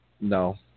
No